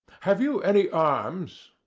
have you any arms?